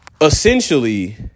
essentially